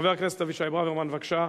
חבר הכנסת אבישי ברוורמן, בבקשה.